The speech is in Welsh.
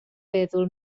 feddwl